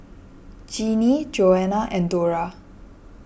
Jeanie Joanna and Dora